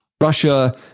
Russia